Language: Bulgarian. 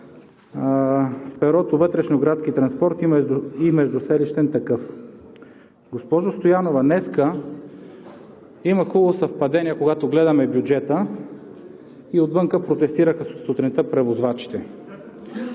перото „Вътрешноградски транспорт и междуселищен такъв“. Госпожо Стоянова, днес има хубаво съвпадение, когато гледаме бюджета, отвън сутринта протестираха превозвачите.